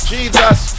Jesus